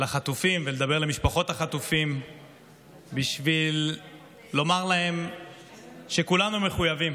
לחטופים ולדבר למשפחות החטופים בשביל לומר להם שכולנו מחויבים.